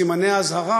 סימני האזהרה,